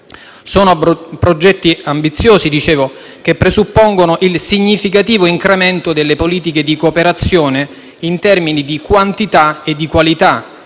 Sono progetti ambiziosi, che presuppongono il significativo incremento delle politiche di cooperazione in termini di quantità e di qualità